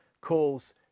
calls